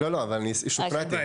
הצבעה בעד, 1 נגד,